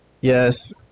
Yes